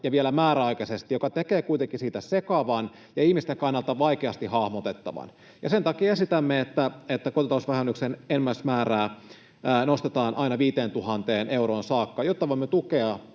ja vielä määräaikaisesti, mikä tekee siitä kuitenkin sekavan ja ihmisten kannalta vaikeasti hahmotettavan. Sen takia esitämme, että kotitalousvähennyksen enimmäismäärää nostetaan aina 5 000 euroon saakka, jotta voimme tukea